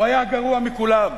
הוא היה הגרוע מכולם,